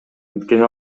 анткени